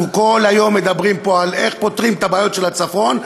אנחנו כל היום מדברים פה על איך פותרים את הבעיות של הצפון,